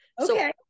Okay